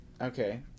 Okay